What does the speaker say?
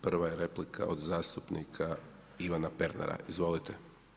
Prva je replika od zastupnika Ivana Pernara, izvolite.